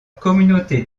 communauté